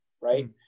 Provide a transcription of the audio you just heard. right